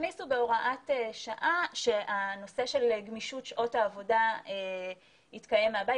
הכניסו בהוראת שעה שהנושא של גמישות שעות העבודה יתקיים מהבית.